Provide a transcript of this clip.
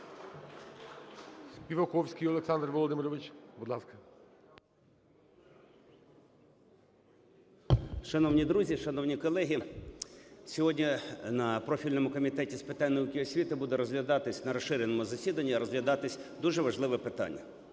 Шановні друзі, шановні колеги, сьогодні на профільному Комітеті з питань науки і освіти буде розглядатись, на розширеному засіданні розглядатися дуже важливе питання